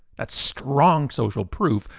that strong social proof.